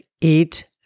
Eat